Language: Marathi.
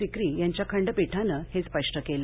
सिक्री यांच्या खंडपीठानं हे स्पष्ट केलं